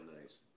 nice